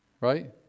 right